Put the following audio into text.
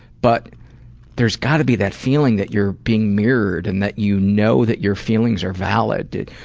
but there's got to be that feeling that you're being mirrored and that you know that your feelings are valid.